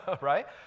right